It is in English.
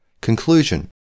Conclusion